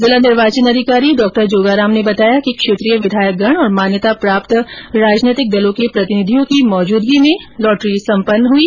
जिला निर्वाचन अधिकारी डॉ जोगाराम ने बताया कि क्षेत्रीय विधायकगण और मान्यता प्राप्त राजनैतिक दलों के प्रतिनिधियों की उपस्थिति में लॉटरी सम्पन्न हई